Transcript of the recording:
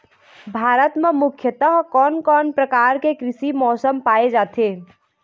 भारत म मुख्यतः कोन कौन प्रकार के कृषि मौसम पाए जाथे?